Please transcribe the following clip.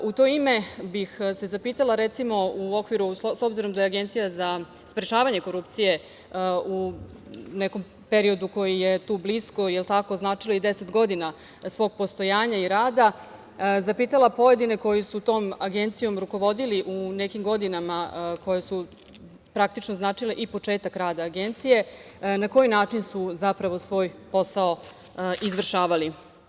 U to ime bih se zapitala, recimo, s obzirom, da je Agencija za sprečavanje korupcije u nekom periodu koji je tu blisko, označila i 10 godina svog postojanja i rada, zapitala pojedine koji su tom agencijom rukovodili u nekim godinama koje su praktično značile i početak rada Agencije - na koji način su zapravo svoj posao izvršavali?